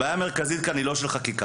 הבעיה המרכזית כאן היא לא חקיקה.